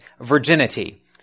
virginity